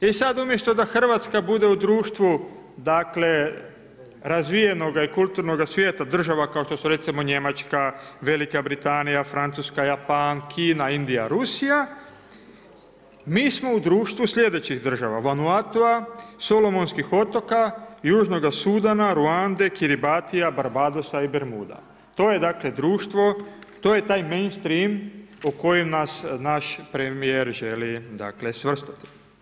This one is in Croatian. I sada umjesto da Hrvatska bude u društvu razvijenoga i kulturnoga svijeta država kao što su recimo Njemačka, Velika Britanija, Francuska, Japan, Kina, Indija, Rusija mi smo u društvu sljedećih država Vanuatua, Solomonskih otoka, Južnoga Sudana, Runade, Kiribatia, Barbadosa i Bermuda, to je društvo to je taj mainstream u koji nas naš premijer želi svrstati.